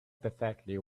perfectly